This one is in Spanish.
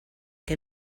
que